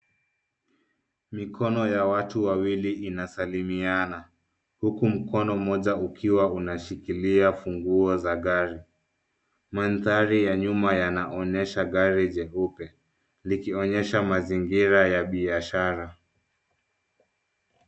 Mikono ya watu wawili inasalimiana, huku mkono mmoja ukiwa unashikilia funguo za gari. Mandhari ya nyuma yanaonyesha gari jeupe, likionyesha mazingira ya biashara.